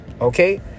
Okay